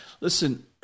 Listen